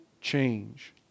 change